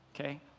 Okay